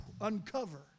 uncover